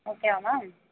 ஓகேவா மேம்